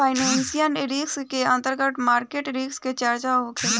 financial risk के अंदर market risk के चर्चा होखेला